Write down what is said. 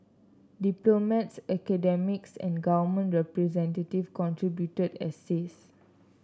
diplomats academics and government representative contributed essays